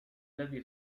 الذي